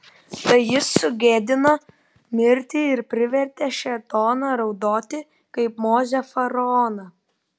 tai jis sugėdino mirtį ir privertė šėtoną raudoti kaip mozė faraoną